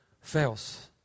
fails